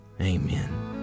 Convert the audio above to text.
Amen